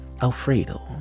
alfredo